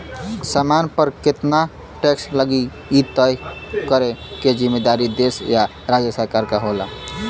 सामान पर केतना टैक्स लगी इ तय करे क जिम्मेदारी देश या राज्य सरकार क होला